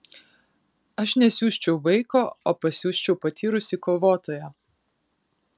aš nesiųsčiau vaiko o pasiųsčiau patyrusį kovotoją